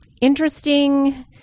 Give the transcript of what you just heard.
interesting